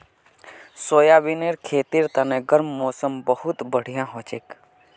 सोयाबीनेर खेतीर तने गर्म मौसमत बहुत बढ़िया हछेक